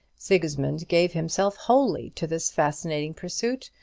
sigismund gave himself wholly to this fascinating pursuit,